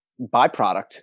byproduct